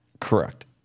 Correct